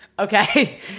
Okay